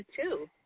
two